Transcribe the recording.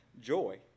joy